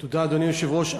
תודה, אדוני היושב-ראש.